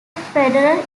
federal